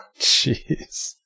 Jeez